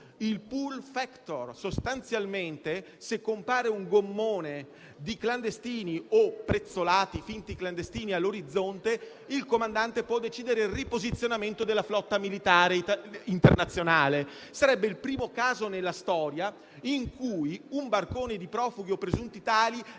il *pull factor*: sostanzialmente se compare un gommone di clandestini o prezzolati, finti clandestini all'orizzonte, il comandante può decidere il riposizionamento della flotta militare internazionale. Sarebbe il primo caso nella storia in cui un barcone di profughi o presunti tali